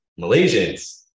malaysians